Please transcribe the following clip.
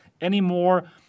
anymore